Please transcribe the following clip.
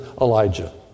Elijah